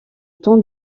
temps